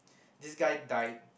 this guy died